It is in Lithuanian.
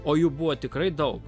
o jų buvo tikrai daug